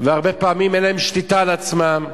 והרבה פעמים אין להם שליטה על עצמם,